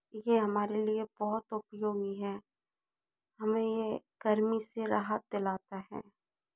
यह हमारे लिए बहुत उपयोगी है हमें यह गर्मी से राहत दिलाता है